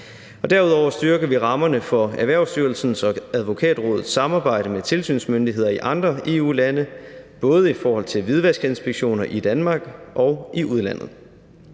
Derudover styrker vi rammerne for Erhvervsstyrelsens og Advokatrådets samarbejde med tilsynsmyndigheder i andre EU-lande, både i forhold til hvidvaskinspektioner i Danmark og i forhold